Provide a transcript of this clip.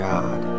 God